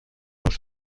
los